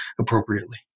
appropriately